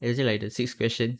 actually like the six questions